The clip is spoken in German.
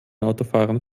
autofahrern